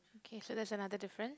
okay so that's another difference